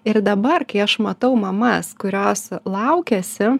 ir dabar kai aš matau mamas kurios laukiasi